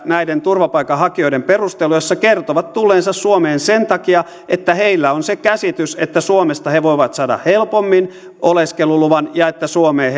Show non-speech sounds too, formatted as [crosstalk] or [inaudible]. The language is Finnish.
näiden turvapaikanhakijoiden perusteluja joissa he kertovat tulleensa suomeen sen takia että heillä on se käsitys että suomesta he voivat saada helpommin oleskeluluvan ja että suomeen [unintelligible]